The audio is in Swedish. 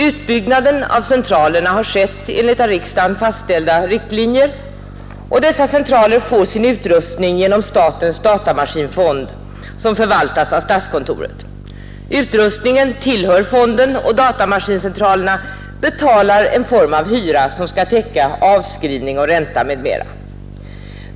Utbyggnaden av centralerna har skett enligt av riksdagen fastställda riktlinjer. Dessa centraler får sin utrustning genom statens datamaskinfond, som förvaltas av statskontoret. Utrustningen tillhör Nr 58 fonden, och datamaskincentralerna betalar en form av hyra, som skall Fredagen den täcka avskrivning och ränta m.m.